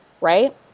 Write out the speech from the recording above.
right